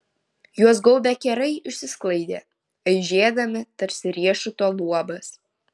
juos gaubę kerai išsisklaidė aižėdami tarsi riešuto luobas